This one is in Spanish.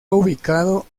ubicado